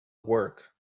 work